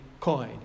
coin